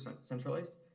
centralized